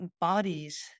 bodies